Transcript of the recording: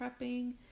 prepping